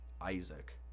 isaac